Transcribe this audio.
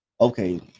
okay